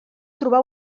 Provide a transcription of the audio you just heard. trobar